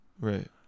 Right